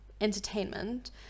entertainment